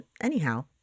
Anyhow